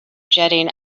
jetting